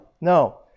No